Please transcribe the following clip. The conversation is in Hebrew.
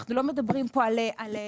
אנחנו לא מדברים פה על צדקה,